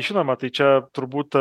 žinoma tai čia turbūt